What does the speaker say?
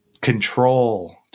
control